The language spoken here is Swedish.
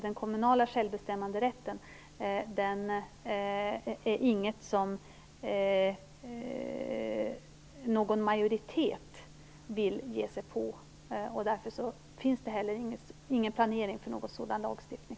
Den kommunala självbestämmanderätten är inte någonting som en majoritet vill ge sig på. Därför finns det inte heller någon planering för en sådan lagstiftning.